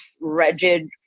rigid